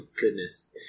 goodness